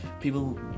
People